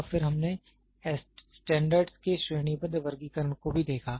और फिर हमने स्टैंडर्ड के श्रेणीबद्ध वर्गीकरण को भी देखा